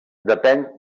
depèn